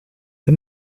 pas